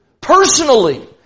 personally